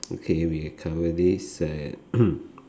okay we cover this uh